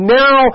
now